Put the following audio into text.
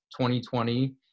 2020